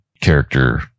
character